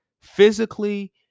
physically